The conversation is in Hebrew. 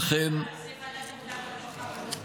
ולכן, למה זה ועדת עבודה ורווחה ולא חוקה?